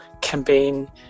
campaign